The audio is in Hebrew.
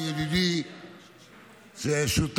חרבות ברזל),